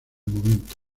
momento